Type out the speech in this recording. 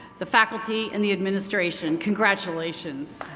the faculty and the administration. congratulations.